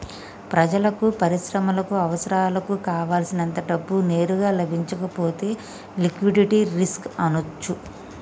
ప్రజలకు, పరిశ్రమలకు అవసరాలకు కావల్సినంత డబ్బు నేరుగా లభించకపోతే లిక్విడిటీ రిస్క్ అనొచ్చు